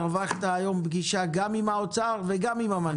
הרווחת היום פגישה גם עם האוצר וגם עם המנכ"ל.